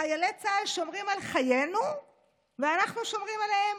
"חיילי צה"ל שומרים על חיינו ואנחנו שומרים עליהם.